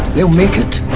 they'll make it.